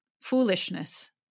foolishness